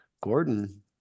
Gordon